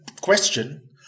question